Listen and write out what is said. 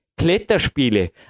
Kletterspiele